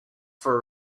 for